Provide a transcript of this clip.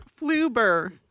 Fluber